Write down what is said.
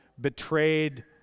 betrayed